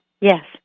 Yes